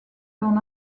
l’on